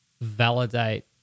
validate